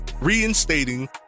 reinstating